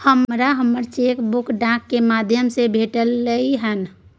हमरा हमर cheque book डाक के माध्यम से भेटलय हन